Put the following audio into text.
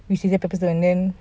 we scissor paper stone and then